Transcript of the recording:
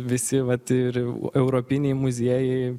visi vat ir europiniai muziejai